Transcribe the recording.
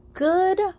good